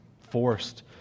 forced